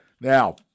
Now